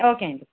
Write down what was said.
okay అండి